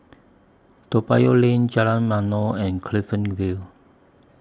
Toa Payoh Lane Jalan Ma'mor and Clifton Vale